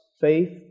faith